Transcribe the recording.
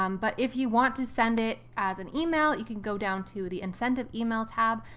um but if you want to send it as an email, you can go down to the incentive email tab,